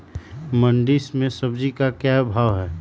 मंडी में सब्जी का क्या भाव हैँ?